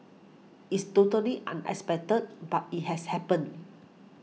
it's totally unexpected but it has happened